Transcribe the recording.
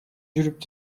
жүрүп